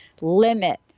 limit